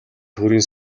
төрийн